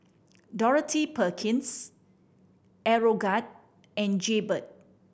Dorothy Perkins Aeroguard and Jaybird